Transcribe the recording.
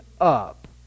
up